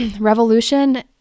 revolution